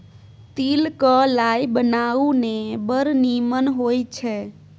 तिल क लाय बनाउ ने बड़ निमन होए छै